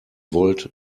volt